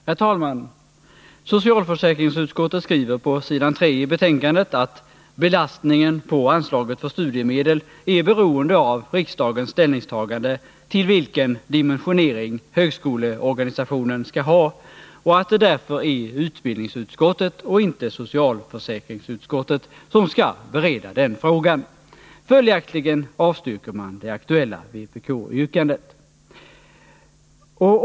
Herr talman! Socialförsäkringsutskottet skriver på s. 3 i betänkandet: ”Belastningen på anslaget för studiemedel är beroende av riksdagens ställningstagande till vilken dimensionering högskoleorganisationen skall ha. Det ankommer inte på socialförsäkringsutskottet utan på utbildningsutskottet att bereda denna fråga.” Följaktligen avstyrker man det aktuella vpk-yrkandet.